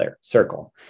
circle